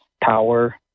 power